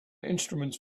instruments